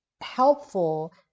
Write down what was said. helpful